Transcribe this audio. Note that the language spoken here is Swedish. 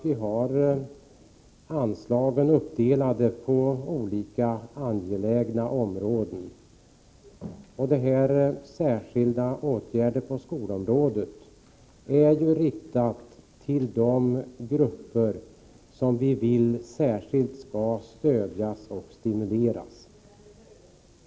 Vi har anslagen uppdelade på olika angelägna områden. Anslaget Särskilda åtgärder på skolområdet är riktat till de grupper som vi vill särskilt skall stödjas och stimuleras.